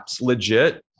legit